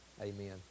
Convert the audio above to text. Amen